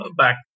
back